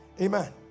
amen